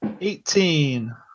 Eighteen